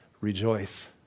Rejoice